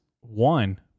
one